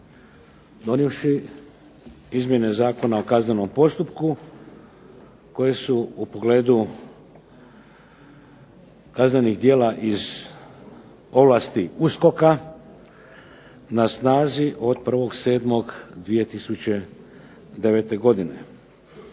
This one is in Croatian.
donijevši izmjene Zakona o kaznenom postupku, koje su u pogledu kaznenih djela iz ovlasti USKOK-a na snazi od 1.7.2009. godine.